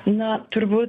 na turbūt